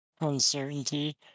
uncertainty